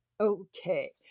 Okay